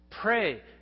Pray